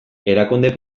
erakunde